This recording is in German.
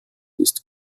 ist